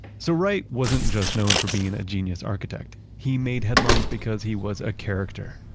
so wright wasn't just known for being a genius architect, he made headlines because he was a character.